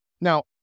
Now